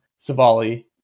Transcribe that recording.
Savali